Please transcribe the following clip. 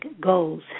goals